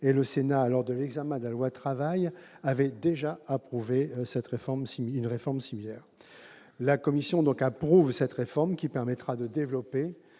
le Sénat, lors de l'examen de la loi Travail, avait déjà proposé une réforme similaire. La commission approuve donc cette réforme, qui permettra de développer